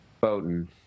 Bowden